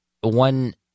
one